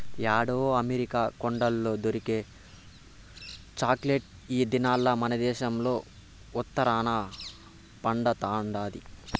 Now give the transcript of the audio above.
యాడో అమెరికా కొండల్ల దొరికే చాక్లెట్ ఈ దినాల్ల మనదేశంల ఉత్తరాన పండతండాది